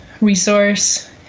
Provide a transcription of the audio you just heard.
resource